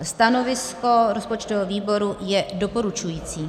Stanovisko rozpočtového výboru je doporučující.